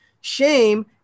Shame